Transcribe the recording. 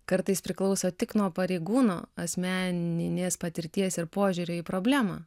kartais priklauso tik nuo pareigūno asmeninės patirties ir požiūrio į problemą